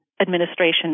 administration